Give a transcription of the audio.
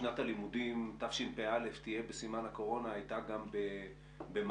ששנת הלימודים תשפ"א תהיה בסימן הקורונה הייתה גם במאי.